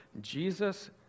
Jesus